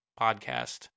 podcast